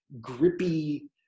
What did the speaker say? grippy